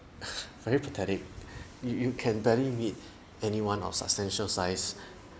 very pathetic you you can barely meet anyone of substantial size